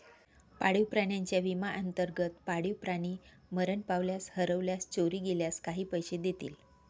पाळीव प्राण्यांच्या विम्याअंतर्गत, पाळीव प्राणी मरण पावल्यास, हरवल्यास, चोरी गेल्यास काही पैसे देतील